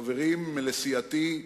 חברים לסיעתי,